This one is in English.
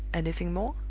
anything more?